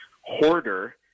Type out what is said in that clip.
hoarder